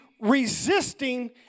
resisting